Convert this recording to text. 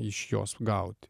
iš jos gauti